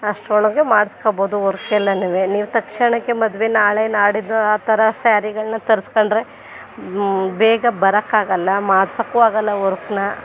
ಅಷ್ಟರೊಳಗೆ ಮಾಡ್ಸ್ಕೊಳ್ಬೋದು ವರ್ಕ್ ಎಲ್ಲನೂ ನೀವು ತಕ್ಷಣಕ್ಕೆ ಮದುವೆ ನಾಳೆ ನಾಡಿದ್ದು ಆ ಥರ ಸ್ಯಾರಿಗಳನ್ನ ತರಿಸ್ಕೊಂಡ್ರೆ ಬೇಗ ಬರೋಕ್ಕಾಗಲ್ಲ ಮಾಡ್ಸೋಕ್ಕೂ ಆಗಲ್ಲ ವರ್ಕ್ನ